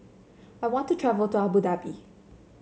I want to travel to Abu Dhabi